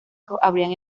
habrían